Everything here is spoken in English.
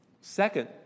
Second